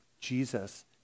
Jesus